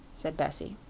said bessie.